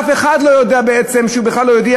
ואף אחד לא יודע בעצם שהוא בכלל לא יהודי.